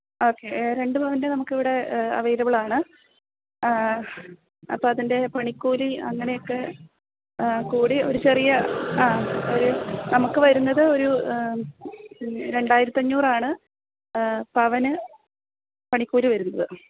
okay രണ്ടു പവന്റെ നമുക്കിവിടെ അവൈലബിളാണ് അപ്പോള് അതിന്റെ പണിക്കൂലി അങ്ങനെയെക്കെ കൂടി ഒരു ചെറിയ ഒരു നമുക്ക് വരുന്നത് ഒരു രണ്ടായിരത്തി അഞ്ഞൂറാണ് പവനു പണിക്കൂലി വരുന്നത്